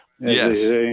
Yes